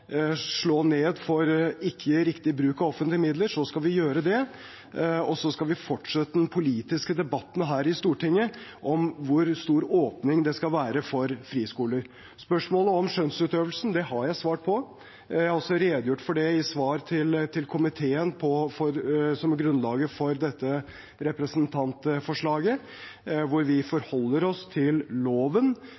slå ned på ikke riktig bruk av offentlige midler, skal vi gjøre det. Og så skal vi fortsette den politiske debatten her i Stortinget om hvor stor åpning det skal være for friskoler. Spørsmålet om skjønnsutøvelsen har jeg svart på. Jeg har også redegjort for det i svar til komiteen om grunnlaget for dette representantforslaget, der vi